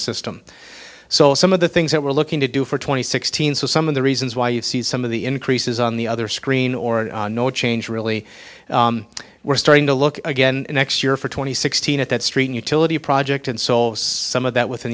system so some of the things that we're looking to do for twenty sixteen so some of the reasons why you see some of the increases on the other screen or no change really we're starting to look again next year for two thousand and sixteen at that street utility project and solves some of that within